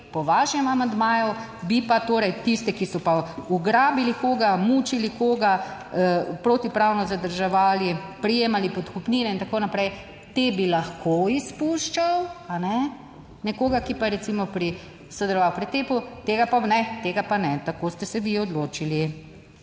Po vašem amandmaju bi pa torej tiste, ki so pa ugrabili koga, mučili koga, protipravno zadrževali, prejemali podkupnine in tako naprej. Te bi lahko izpuščal, a ne? Nekoga, ki pa je recimo pri sodeloval pretepu, tega pa ne, tega pa ne, tako ste se vi odločili.